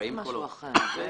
נצמד למה שכרמית אמרה,